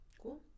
Cool